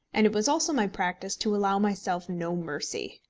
and it was also my practice to allow myself no mercy.